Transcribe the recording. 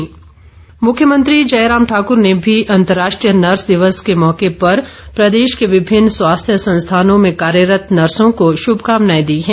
मुख्यमंत्री मुख्यमंत्री जयराम ठाकुर ने भी अंतर्राष्ट्रीय नर्स दिवस के मौके पर प्रदेश के विभिन्न स्वास्थ्य संस्थानों में कार्यरत नसाँ को शुभकामनाए दी है